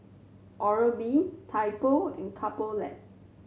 Oral B Typo and Couple Lab